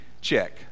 check